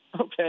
okay